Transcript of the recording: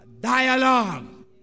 dialogue